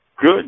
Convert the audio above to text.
Good